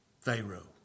Pharaoh